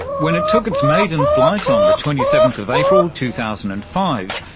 when it took its maiden flight on the twenty seventh of april two thousand and five,